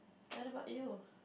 what about you